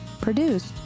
produced